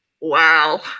Wow